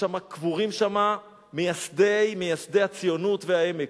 קבורים שם מייסדי הציונות והעמק.